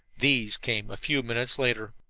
these came a few minutes later.